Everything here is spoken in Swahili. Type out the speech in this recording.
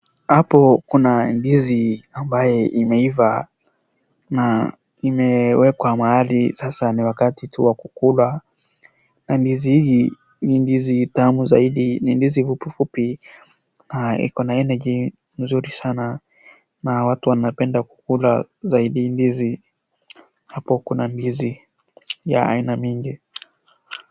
Hapo kuna ndizi ambayo imeiva na imewekwa mahali, sasa ni wakati tu wa kukula na ndizi hii ni ndizi tamu zaidi, ni ndizi fupifupi na iko na energy nzuri sana na watu wanapenda kukula zaidi ndizi, hapo kuna ndizi ya aina nyingi.